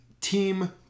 Team